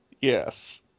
Yes